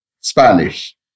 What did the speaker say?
Spanish